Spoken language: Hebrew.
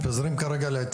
מתפזרים כרגע.